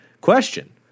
Question